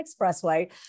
Expressway